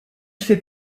fait